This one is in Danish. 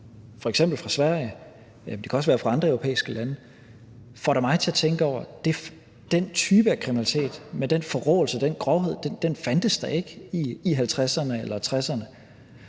f.eks. fra Sverige, – det kan også være fra andre europæiske lande – får da mig til at tænke over, at den type af kriminalitet med den forråelse og den grovhed da ikke fandtes i 1950'erne eller 1960'erne.